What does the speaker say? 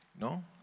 No